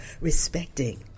respecting